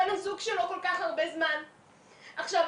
זאת אומרת,